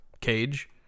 cage